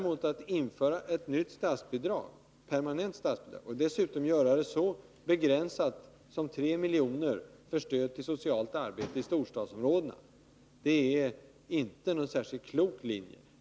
Men att införa ett nytt permanent statsbidrag och att dessutom begränsa det till 3 miljoner för stöd till socialt arbete i storstadsområdena är inte någon särskilt klok linje.